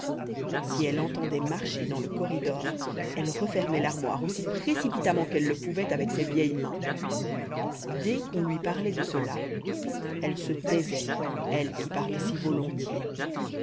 si elle entendait marcher dans le corridor elle refermait l'armoire aussi précipitamment qu'elle le pouvait avec ses vieilles mains dès qu'on lui parlait de cela elle se taisait elle qui parlait si volontiers